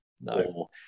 No